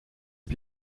heb